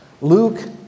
Luke